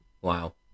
Wow